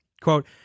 Quote